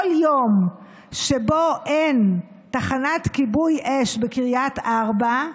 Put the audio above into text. כל יום שבו אין תחנת כיבוי אש בקריית ארבע,